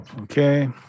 Okay